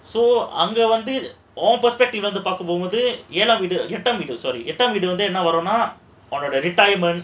so அங்க வந்து:anga vandhu all perspective வந்து பார்க்கும் போது ஏழாம் வீடு:vandhu paarkkumpothu elaam veedu sorry எட்டாம் வீடு வந்து என்ன வரும்னா:ettaam veedu vandhu ennaa varumnaa retirement